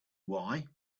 why